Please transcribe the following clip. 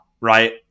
right